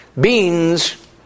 beans